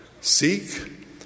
Seek